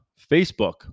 Facebook